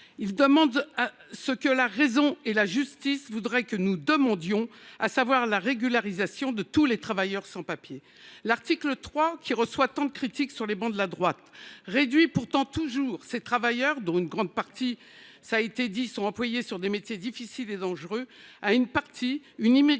Ils demandent ce que la raison et la justice voudraient que nous demandions, à savoir la régularisation de tous les travailleurs sans papiers. L’article 3, qui reçoit tant de critiques sur les travées de la droite, réduit pourtant toujours ces travailleurs, dont une grande partie exercent des métiers difficiles et dangereux, à l’immigration